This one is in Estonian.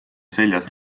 seljas